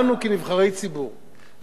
והתקשורת כאחד,